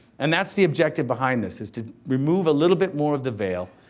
and that's the objective behind this is to remove a little bit more of the veil,